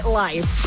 life